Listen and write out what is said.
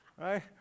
Right